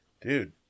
dude